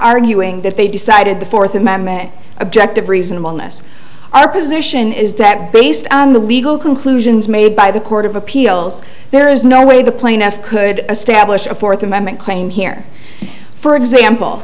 arguing that they decided the fourth a man may object of reasonableness our position is that based on the legal conclusions made by the court of appeals there is no way the plain f could establish a fourth amendment claim here for example